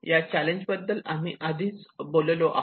या चॅलेंज बद्दल आम्ही आधीच बोललो आहेत